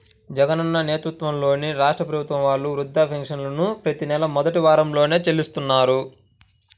జగనన్న నేతృత్వంలోని రాష్ట్ర ప్రభుత్వం వాళ్ళు వృద్ధాప్య పెన్షన్లను ప్రతి నెలా మొదటి వారంలోనే చెల్లిస్తున్నారు